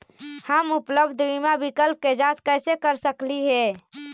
हम उपलब्ध बीमा विकल्प के जांच कैसे कर सकली हे?